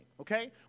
okay